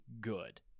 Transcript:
good